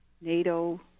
NATO